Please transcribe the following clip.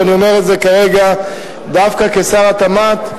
ואני אומר את זה כרגע דווקא כשר התמ"ת,